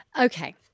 Okay